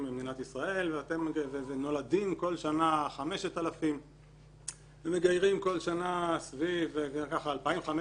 במדינת ישראל ונולדים כל שנה 5,000. מגיירים כל שנה סביב 2,500,